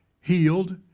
healed